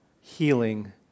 healing